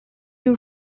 your